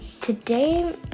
today